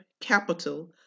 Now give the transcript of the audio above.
capital